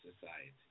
society